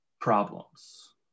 problems